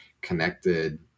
connected